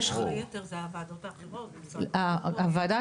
וכל היתר זה הוועדות האחרות --- ועדת